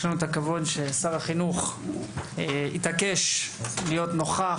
יש לנו הכבוד ששר החינוך התעקש להיות נוכח,